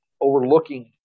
overlooking